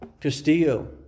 Castillo